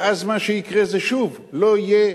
ואז מה שיקרה זה, שוב, לא יהיה